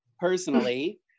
personally